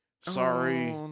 Sorry